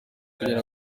kugira